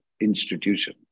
institution